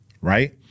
Right